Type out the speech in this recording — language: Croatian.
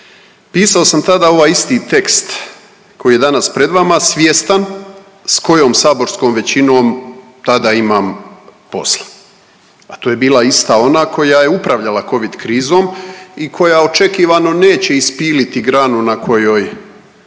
Pisao sam tada ovaj isti tekst koji je danas pred vama svjestan s kojom saborskom većinom tada imam posla, a to je bila ista ona koja je upravljala covid krizom i koja očekivano neće ispiliti granu na kojoj